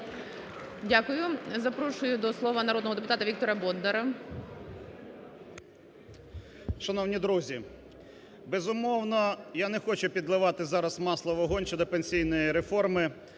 Дякую. Запрошую до слова народного депутата Віктора Бондара.